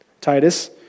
Titus